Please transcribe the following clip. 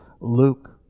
Luke